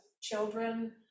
children